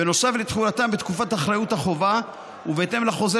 בנוסף לתחולתם בתקופת אחריות החובה ובהתאם לחוזה